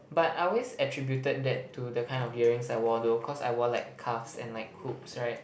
but I always attributed that to the kind of earrings I wore though cause I wore like cuffs and like hoops right